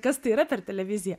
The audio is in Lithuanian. kas tai yra per televiziją